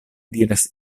diras